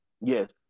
Yes